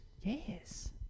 Yes